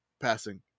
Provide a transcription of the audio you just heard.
passing